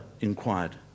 inquired